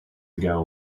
ago